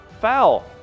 Foul